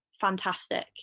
fantastic